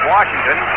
Washington